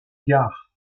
gard